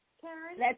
Karen